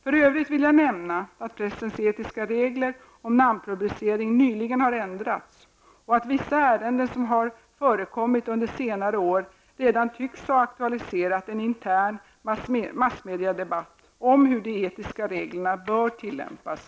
För övrigt vill jag nämna att pressens etiska regler om namnpublicering nyligen har ändrats och att vissa ärenden som har förekommit under senare år redan tycks ha aktualiserat en intern massmediadebatt om hur de etiska reglerna bör tillämpas.